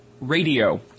radio